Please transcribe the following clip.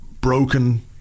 broken